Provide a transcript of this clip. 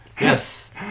yes